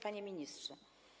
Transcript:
Panie Ministrze!